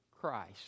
Christ